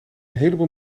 heleboel